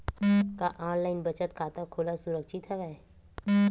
का ऑनलाइन बचत खाता खोला सुरक्षित हवय?